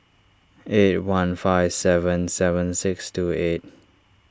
eight one five seven seven six two eight